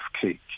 cake